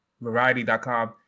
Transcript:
Variety.com